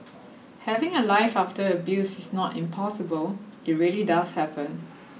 having a life after abuse is not impossible it really does happen